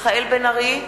מיכאל בן-ארי,